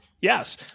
Yes